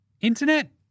internet